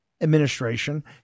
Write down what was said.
administration